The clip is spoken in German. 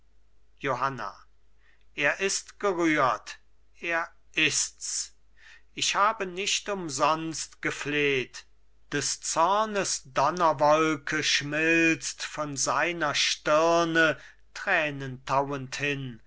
johanna er ist gerührt er ists ich habe nicht umsonst gefleht des zornes donnerwolke schmilzt von seiner stirne tränentauend hin